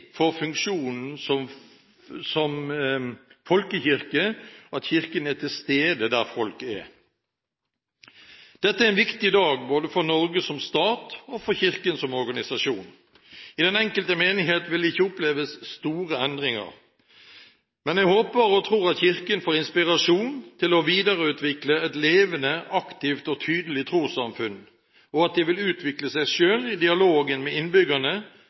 for funksjonen som folkekirke at Kirken er til stede der folk er. Dette er en viktig dag både for Norge som stat og for Kirken som organisasjon. I den enkelte menighet vil det ikke oppleves store endringer, men jeg håper og tror at Kirken får inspirasjon til å videreutvikle et levende, aktivt og tydelig trossamfunn, at de vil utvikle seg selv i dialogen med innbyggerne,